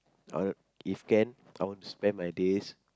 I want if can I want to spend my days